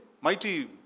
mighty